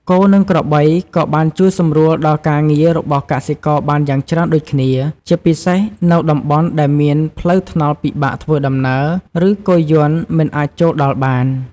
គោ និងក្របីក៏បានជួយសម្រួលដល់ការងាររបស់កសិករបានយ៉ាងច្រើនដូចគ្នា ជាពិសេសនៅតំបន់ដែលមានផ្លូវថ្នល់ពិបាកធ្វើដំណើរ ឬគោយន្តមិនអាចចូលដល់បាន។